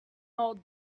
old